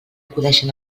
acudeixen